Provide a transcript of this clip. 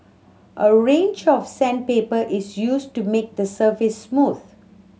a range of sandpaper is used to make the surface smooth